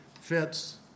fits